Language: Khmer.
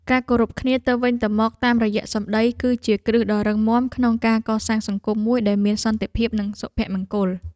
ការគោរពគ្នាទៅវិញទៅមកតាមរយៈសម្តី គឺជាគ្រឹះដ៏រឹងមាំក្នុងការកសាងសង្គមមួយដែលមានសន្តិភាពនិងសុភមង្គល។